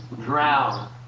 drown